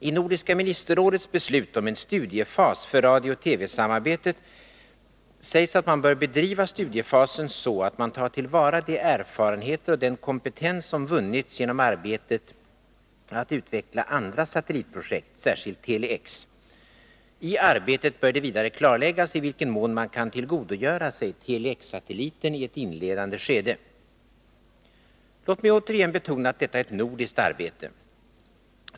I Nordiska ministerrådets beslut om en studiefas för radiooch TV-samarbetet sägs att man bör bedriva studiefasen så, att man tar till vara de erfarenheter och den kompetens som vunnits genom arbetet att utveckla andra satellitprojekt, särskilt Tele-X. I arbetet bör det vidare klarläggas i vilken mån man kan tillgodogöra sig Tele-X-satelliten i ett inledande skede. Låt mig återigen betona att detta är ett nordiskt arbete.